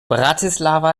bratislava